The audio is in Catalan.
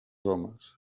homes